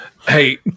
Hey